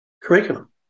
curriculum